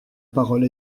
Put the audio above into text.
parole